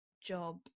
job